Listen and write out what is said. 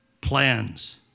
plans